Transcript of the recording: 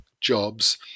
jobs